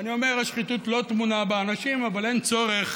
ואני אומר: השחיתות לא טמונה באנשים, אבל אין צורך